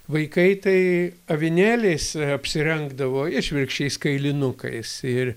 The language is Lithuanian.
vaikai tai avinėliais apsirengdavo išvirkščiais kailinukais ir